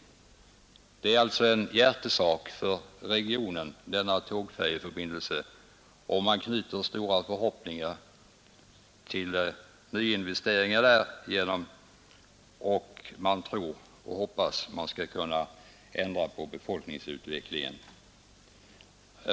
Denna tågfärjeförbindelse är alltså en hjärtesak för regionen, Det knyts stora förhoppningar till nyinvesteringar därigenom, och man tror och hoppas att man skall kunna ändra på befolkningsutvecklingen.